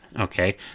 okay